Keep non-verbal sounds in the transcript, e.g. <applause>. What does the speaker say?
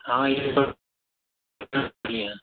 हाँ <unintelligible>